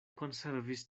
konservis